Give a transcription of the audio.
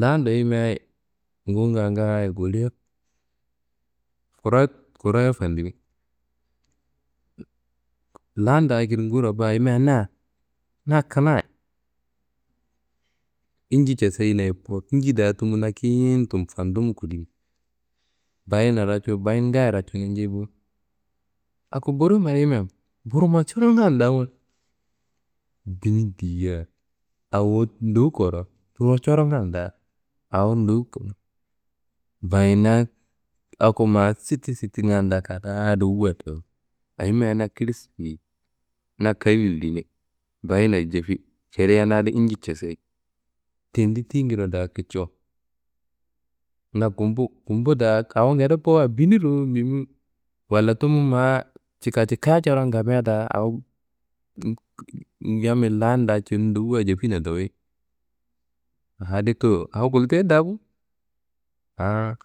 Lan do yimiaye nguwunga ngaaye golea kuro kuroye fandimi, lan da akedi nguwuro bo ayimia na na kinayi, inji casayinaye bo, inji da tumu na kiyintu fandumu kudimi. Bahinna raca bahin ngaayo raco nanjei bo. Ako burummaro yimia, burumma coronga nda wunu bini diya awo ndowu kurowo. Wun coronga da awo ndowu. Bahinna ako ma sitisitinga da kadaa dawu wayi dowoi ayimia na kili siliyit na kayimme diye, bahinna cefi, celiya na adin inji cesei. Tendi tiyingedearo da kicowo. Na gumbu, gumbu da awo ngede bowa bini ruwu bimi walla tumu ma cika cika coron gamia da awuwo yammiyi lan da cenu ndowuwayi jefina dowoi. Adi towo awo gulteye da aa.